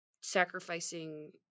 sacrificing